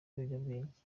ibiyobyabwenge